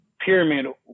pyramid